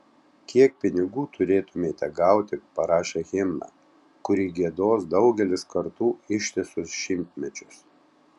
kiek pinigų turėtumėte gauti parašę himną kurį giedos daugelis kartų ištisus šimtmečius